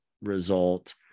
result